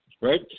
Right